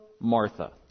Martha